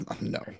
no